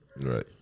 Right